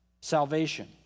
salvation